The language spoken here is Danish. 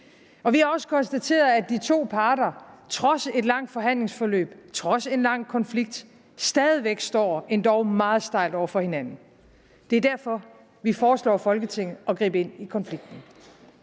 Og vi har også konstateret, at de to parter trods et langt forhandlingsforløb, trods en lang konflikt, stadig væk står endog meget stejlt over for hinanden. Det er derfor, vi foreslår Folketinget at gribe ind i konflikten.